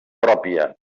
pròpia